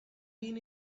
been